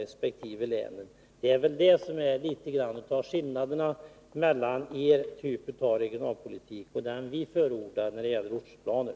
Det är väl det som är en del av skillnaden mellan er typ av regionalpolitik och den som vi förordar när det gäller ortsplaner.